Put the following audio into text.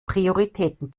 prioritäten